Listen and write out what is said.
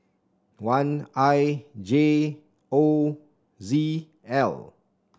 one I J O Z L